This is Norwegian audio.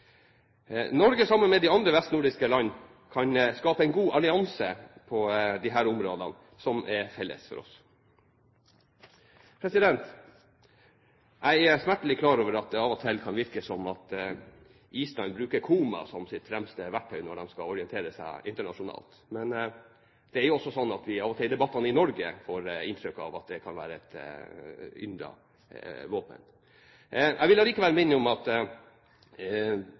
Norge kan sammen med de andre vestnordiske landene skape en god allianse på de områdene som er felles for oss. Jeg er smertelig klar over at det av og til kan virke som om Island bruker koma som sitt fremste verktøy når de skal orientere seg internasjonalt. Men det er jo også slik at vi av og til i debattene i Norge får inntrykk av at det kan være et yndet våpen. Jeg vil allikevel minne om at